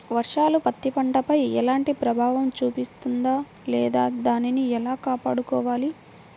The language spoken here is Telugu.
వర్షాలు పత్తి పంటపై ఎలాంటి ప్రభావం చూపిస్తుంద లేదా దానిని ఎలా కాపాడుకోవాలి?